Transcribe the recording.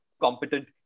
competent